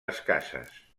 escasses